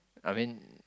I mean